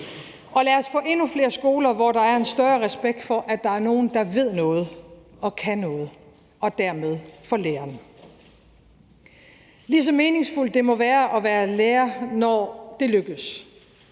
Og lad os få endnu flere skoler, hvor der er en større respekt for, at der er nogle, der ved noget og kan noget og dermed – og dermed for læreren. Lige så meningsfuldt det må være at være lærer, når det lykkes,